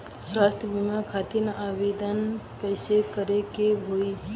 स्वास्थ्य बीमा खातिर आवेदन कइसे करे के होई?